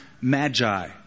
magi